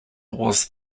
was